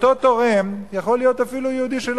אותו תורם יכול להיות אפילו יהודי,